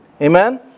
Amen